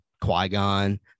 qui-gon